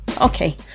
okay